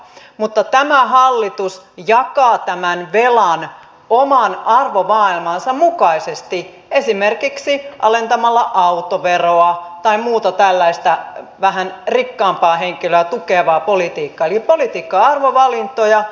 mutta tämä hallitus jakaa tämän velan oman arvomaailmansa mukaisesti esimerkiksi alentamalla autoveroa tai tekemällä muuta tällaista vähän rikkaampaa henkilöä tukevaa politiikkaa eli politiikka on arvovalintoja